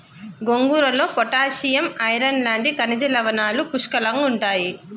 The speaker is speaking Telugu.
గోంగూరలో పొటాషియం, ఐరన్ లాంటి ఖనిజ లవణాలు పుష్కలంగుంటాయి